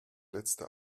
letzte